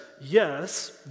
yes